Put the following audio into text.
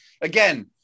again